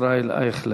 ישראל אייכלר.